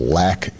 lack